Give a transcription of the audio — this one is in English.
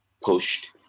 pushed